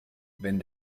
wenn